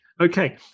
Okay